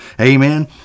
amen